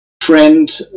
friend